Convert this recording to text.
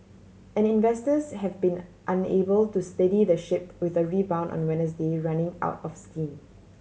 and investors have been unable to steady the ship with a rebound on Wednesday running out of steam